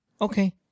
Okay